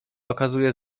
okazuje